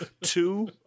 two